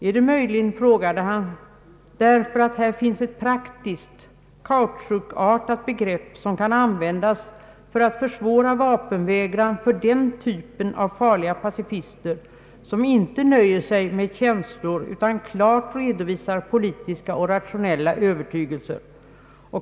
»är det möjligen», frågade han, » därför att här finns ett praktiskt, kautschukartat begrepp som kan användas för att försvåra vapenvägran av den typen av ”farliga” pacifister som inte nöjer sig med känslor utan klart redovisar politiska och rationella övertygelser?